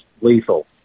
lethal